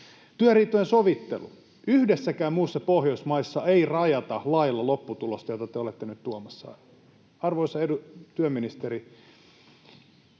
Työriitojen sovittelu: Yhdessäkään muussa Pohjoismaassa ei rajata lailla lopputulosta, jota te olette nyt tuomassa. Arvoisa työministeri,